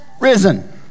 risen